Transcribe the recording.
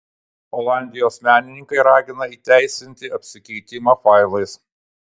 olandijos menininkai ragina įteisinti apsikeitimą failais